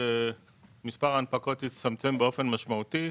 מספר ההנפקות הצטמצם באופן משמעותי.